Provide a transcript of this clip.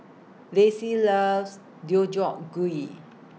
Lacy loves Gui